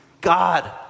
God